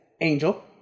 Angel